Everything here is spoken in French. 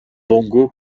bongo